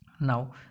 now